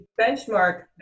benchmark